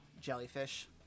jellyfish